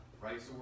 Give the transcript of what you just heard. right